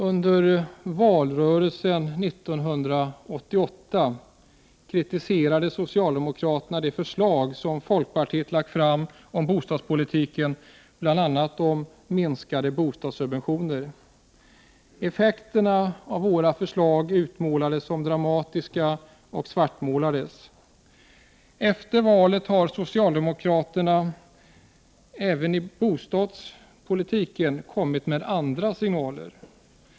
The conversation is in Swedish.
Under valrörelsen 1988 kritiserade socialdemokraterna de förslag som folkpartiet lagt fram om bostadspolitiken, bl.a. om minskade bostadssubventioner. Effekterna av våra förslag utmålades som dramatiska och svartmålades. Efter valet har socialdemokraterna även i bostadspolitiken kommit med andra signaler.